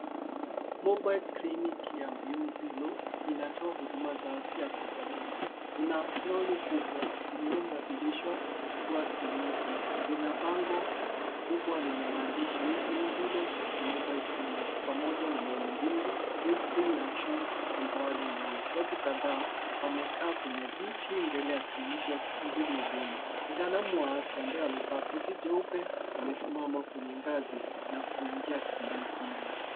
Mobile clinic ya Beyond zero, inatoa huduma za afya kwa jamii. Kuna lori kubwa lililobadilishwa kuwa kliniki, lina bango kubwa lenye maandishi we beyond zero na mobile clinic pamoja na kauli mbiu inspiring action, empowering lives . Watu kadhaa, wamekaa kwenye viti mbele ya kliniki wakisubiri huduma. Mtaalamu wa afya ambaye amevaa koti jeupe amesimama kwenye ngazi la kuingia kliniki ile.